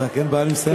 אין בעיה, אני מסיים.